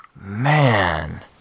man